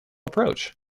approach